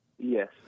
Yes